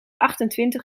achtentwintig